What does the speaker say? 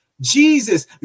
Jesus